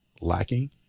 lacking